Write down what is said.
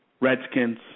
Redskins